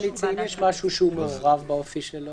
אם יש משהו שהוא מעורב באופי שלו?